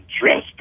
dressed